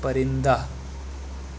پرندہ